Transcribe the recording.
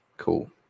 cool